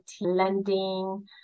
lending